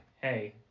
hey